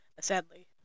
sadly